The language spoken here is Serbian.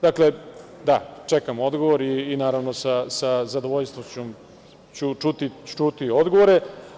Dakle, da, čekam odgovor i naravno sa zadovoljstvom ću čuti odgovore.